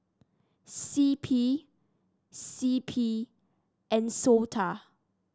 C P C P and SOTA